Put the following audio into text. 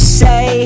say